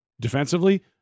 Defensively